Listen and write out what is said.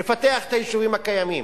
לפתח את היישובים הקיימים.